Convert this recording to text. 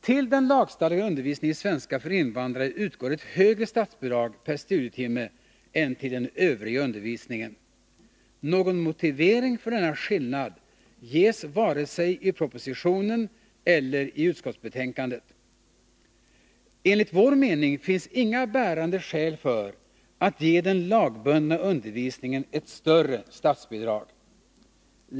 Till den lagbundna undervisningen i svenska för invandrare utgår ett högre statsbidrag per studietimme än till den övriga undervisningen. Någon motivering för denna skillnad ges inte vare sig i propositionen eller i utskottsbetänkandet. Enligt vår mening finns inga bärande skäl för att ge den lagbundna undervisningen ett större statsbidrag.